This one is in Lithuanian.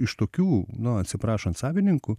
iš tokių nu atsiprašant savininkų